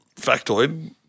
factoid